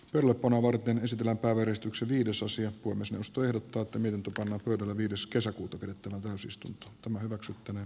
pelko nuorten esitellä väristykset yhdysosia kunnes ostoehdot tuottaminen tukeva pöydälle viides kesäkuuta pidettävään täysistunto on hyväksyttävä